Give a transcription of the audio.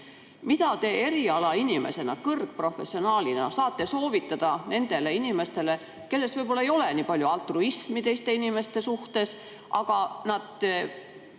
Mida te erialainimesena, kõrgprofessionaalina saate soovitada nendele inimestele, kelles võib-olla ei ole kuigi palju altruismi teiste inimeste suhtes ja kes